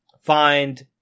find